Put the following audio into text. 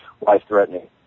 life-threatening